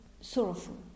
sorrowful